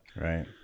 Right